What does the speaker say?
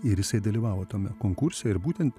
ir jisai dalyvavo tame konkurse ir būtent